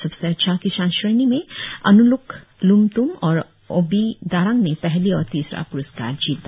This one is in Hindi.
सबसे अच्छा किसान क्षेणी में अकूलूक लूमतुम और ओबी दारांग ने पहली और तीसरा प्रस्कार जीता